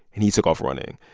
and he took off running.